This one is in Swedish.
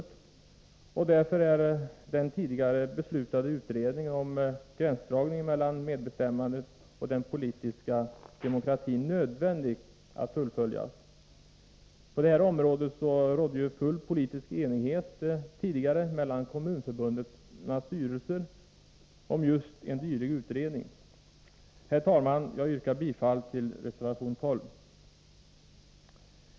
Därför är det nödvändigt att den tidigare beslutade utredningen om gränsdragningen mellan medbestämmandet och den politiska demokratin fullföljs. Det rådde ju full politisk enighet mellan kommunförbundens styrelser om just en dylik utredning. Herr talman! Jag yrkar bifall till reservation 12.